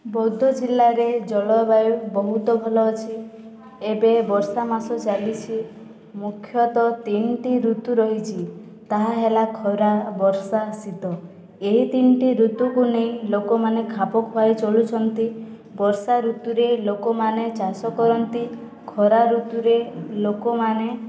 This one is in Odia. ବୌଦ ଜିଲ୍ଲାରେ ଜଳବାୟୁ ବହୁତ ଭଲ ଅଛି ଏବେ ବର୍ଷା ମାସ ଚାଲିଛି ମୁଖ୍ୟତଃ ତିନୋଟି ଋତୁ ରହିଛି ତାହା ହେଲା ଖରା ବର୍ଷା ଶୀତ ଏହି ତିନୋଟି ଋତୁକୁ ନେଇ ଲୋକମାନେ ଖାପ ଖୁଆଇ ଚଳୁଛନ୍ତି ବର୍ଷା ଋତୁରେ ଲୋକମାନେ ଚାଷ କରନ୍ତି ଖରା ଋତୁରେ ଲୋକମାନେ